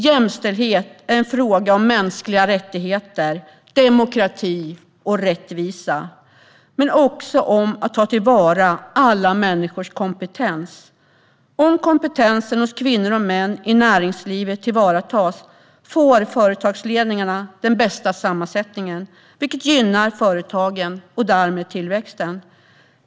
Jämställdhet är en fråga om mänskliga rättigheter, demokrati och rättvisa men också om att ta till vara alla människors kompetens. Om kompetensen hos kvinnor och män i näringslivet tillvaratas får företagsledningarna den bästa sammansättningen, vilket gynnar företagen och därmed tillväxten.